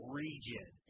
region